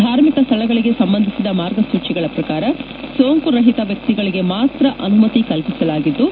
ಧಾರ್ಮಿಕ ಸ್ನಳಗಳಿಗೆ ಸಂಬಂಧಿಸಿದ ಮಾರ್ಗಸೂಚಿಗಳ ಪ್ರಕಾರ ಸೋಂಕು ರಹಿತ ವ್ಯಕ್ತಿಗಳಿಗೆ ಮಾತ್ರ ಅನುಮತಿ ಕಲ್ಪಿಸಲಾಗಿದ್ದು